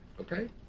Okay